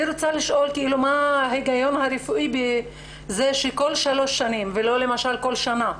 אני רוצה מה ההיגיון הרפואי בזה שכל שלוש שנים ולא למשל כל שנה.